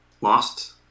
lost